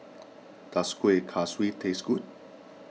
does Kueh Kaswi taste good